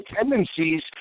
tendencies